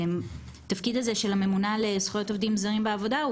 התפקיד של הממונה לזכויות עובדים זרים בעבודה הוא